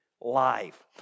life